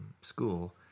school